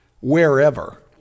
wherever